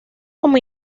como